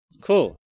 Cool